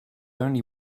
only